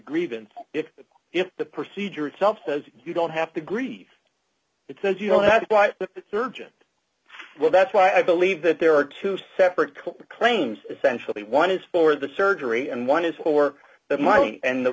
grievance if if the procedure itself says you don't have to agree because you don't have to by the surgeon well that's why i believe that there are two separate cult claims essentially one is for the surgery and one is for that mine and